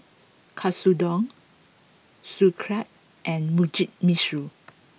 Katsudon Sauerkraut and Mugi Meshi